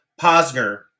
Posner